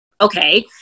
okay